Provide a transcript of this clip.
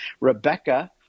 Rebecca